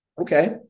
Okay